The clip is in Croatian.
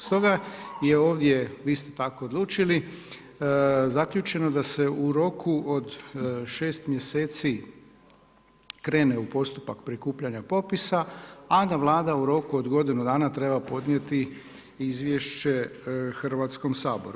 Stoga je ovdje, vi ste tako odlučili, zaključeno da se u roku od 6 mjeseci krene u postupak prikupljanja popisa, a da Vlada u roku od godinu dana treba podnijeti izvješće Hrvatskom saboru.